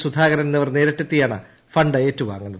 സുധാകരൻ എന്നിവർ നേരിട്ടെത്തിയാണ് ഫണ്ട് ഏറ്റുവാങ്ങുന്നത്